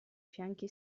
fianchi